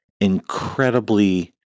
incredibly